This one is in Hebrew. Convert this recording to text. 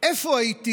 איפה הייתי